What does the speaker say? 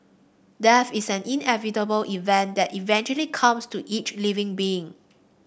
death is an inevitable event that eventually comes to each living being